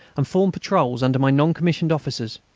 and formed patrols under my non-commissioned officers.